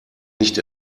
nicht